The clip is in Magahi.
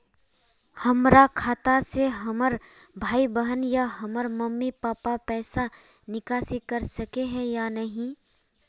हमरा खाता से हमर भाई बहन या हमर मम्मी पापा पैसा निकासी कर सके है या नहीं?